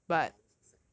!wah! that's so sad eh